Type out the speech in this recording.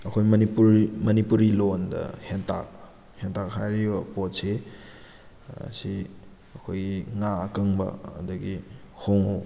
ꯑꯩꯈꯣꯏ ꯃꯅꯤꯄꯨꯔꯤ ꯃꯅꯤꯄꯨꯔꯤ ꯂꯣꯟꯗ ꯍꯦꯟꯇꯥꯛ ꯍꯦꯟꯇꯥꯛ ꯍꯥꯏꯔꯤꯕ ꯄꯣꯠꯁꯤ ꯁꯤ ꯑꯩꯈꯣꯏꯒꯤ ꯉꯥ ꯑꯀꯪꯕ ꯑꯗꯒꯤ ꯍꯣꯡꯉꯨ